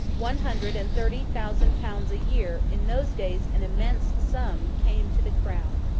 one hundred and thirty thousand pounds a year in those days an immense sum came to the crown.